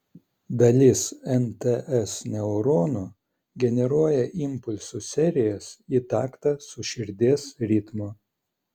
dalis nts neuronų generuoja impulsų serijas į taktą su širdies ritmu